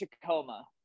Tacoma